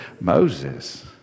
Moses